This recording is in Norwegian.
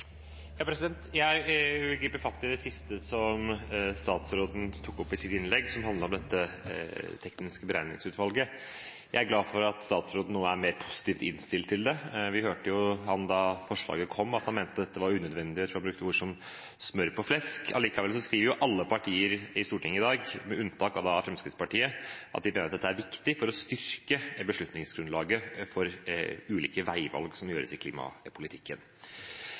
Jeg vil gripe fatt i det siste som statsråden tok opp i sitt innlegg, som handlet om dette tekniske beregningsutvalget. Jeg er glad for at statsråden nå er mer positivt innstilt til det. Vi hørte jo da forslaget kom, at han mente dette var unødvendig. Jeg tror han brukte ord som smør på flesk. Allikevel skriver alle partier i Stortinget i dag, med unntak av Fremskrittspartiet, at de mener at dette er viktig for å styrke beslutningsgrunnlaget for ulike veivalg som gjøres i klimapolitikken.